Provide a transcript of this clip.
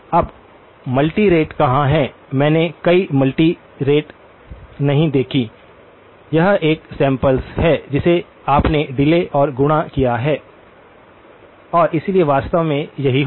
अब multi rate कहां है मैंने कोई मल्टी रेट नहीं देखी यह एक सैम्पल्स है जिसे आपने डिले और गुणा किया है और इसलिए वास्तव में यही होगा